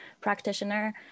practitioner